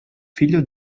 figlio